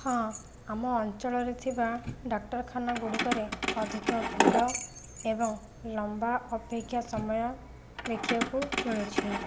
ହଁ ଆମ ଅଞ୍ଚଳରେ ଥିବା ଡାକ୍ଟରଖାନା ଗୁଡ଼ିକରେ ଅଧିକ ଭିଡ଼ ଏବଂ ଲମ୍ବା ଅପେକ୍ଷା ସମୟ ଦେଖିବାକୁ ମିଳୁଛି